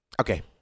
Okay